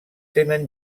tenen